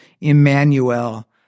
Emmanuel